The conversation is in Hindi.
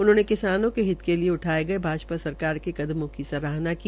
उन्होंने किसानों के हित के लिए उठाए गए भाजपा सरकार के कदमों की सराहना की